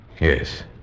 Yes